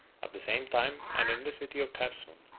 at the same time, and in the city of cherson,